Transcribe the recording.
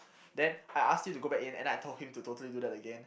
then I ask him to go back in and I told him to totally do that again